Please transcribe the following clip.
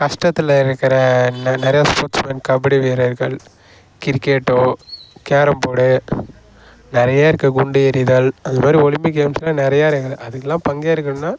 கஷ்டத்தில் இருக்கிற நிறைய ஸ்போட்ஸ்மென் கபடி வீரர்கள் கிரிக்கெட்டோ கேரம்போடு நிறைய இருக்கு குண்டு எறிதல் அது மாதிரி ஒலிம்பிக் கேம்ஸில் நிறைய இருக்கு அதுக்கெல்லாம் பங்கேற்கணும்னா